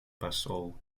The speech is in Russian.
посол